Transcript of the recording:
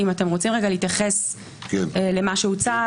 אם אתם רוצים רגע להתייחס למה שהוצע,